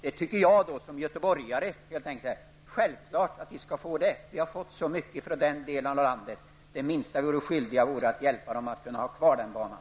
Som göteborgare tycker jag att det är självklart att de då skall få behålla den. Vi har fått så mycket från den delen av landet, och vi är därför skyldiga att åtminstone hjälpa dem att kunna behålla den banan.